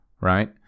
Right